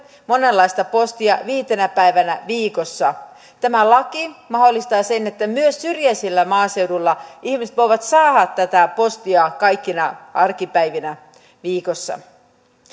monenlaista postia viitenä päivänä viikossa tämä laki mahdollistaa sen että myös syrjäisellä maaseudulla ihmiset voivat saada tätä postia kaikkina arkipäivinä viikossa